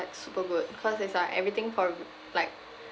like super good cause it's like everything for like